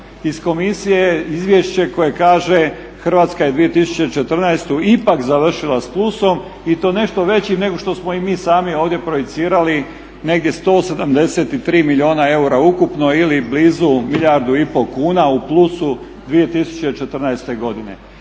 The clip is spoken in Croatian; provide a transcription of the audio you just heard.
iz komisije, izvješće koje kaže Hrvatska je 2014. ipak završila s plusom i to nešto većim nego što smo i mi sami ovdje projicirali negdje 173 milijuna eura ukupno ili blizu milijardu i pol kuna u plusu 2014. godine.